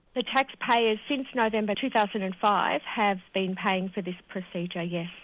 the taxpayers since november two thousand and five have been paying for this procedure, yes.